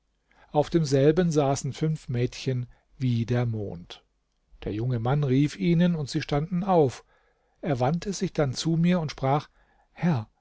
auf demselben saßen fünf mädchen wie der mond der junge mann rief ihnen und sie standen auf er wandte sich dann zu mir und sprach herr